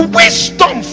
wisdom